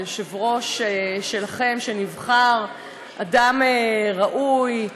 היושב-ראש שלכם שנבחר הוא אדם ראוי.